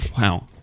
wow